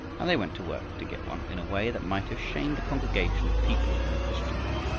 and they went to work to get one in a way that might have shamed a congregation of people in a christian land